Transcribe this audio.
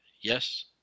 yes